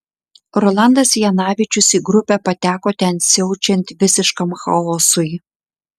rolandas janavičius į grupę pateko ten siaučiant visiškam chaosui